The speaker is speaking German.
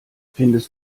findest